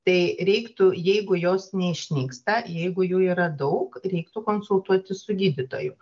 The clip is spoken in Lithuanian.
tai reiktų jeigu jos neišnyksta jeigu jų yra daug reiktų konsultuotis su gydytoju